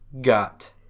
Got